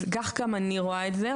כך גם אני רואה את זה.